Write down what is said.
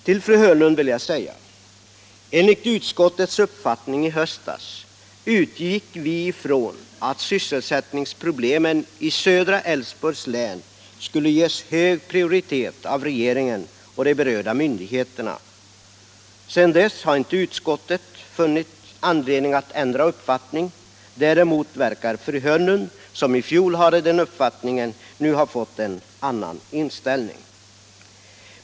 Till fru Hörnlund vill jag säga: Utskottet utgick i höstas från att sysselsättningsproblemen i södra Älvsborgs län skulle ges hög prioritet av regeringen och de berörda myndigheterna. Sedan dess har inte utskottet funnit anledning att ändra uppfattning. Däremot verkar det som om fru Hörnlund — som i fjol hade samma uppfattning som utskottet i övrigt — nu har fått en annan inställning.